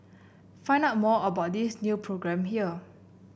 find out more about this new programme here